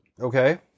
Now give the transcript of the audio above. Okay